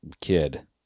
kid